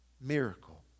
miracle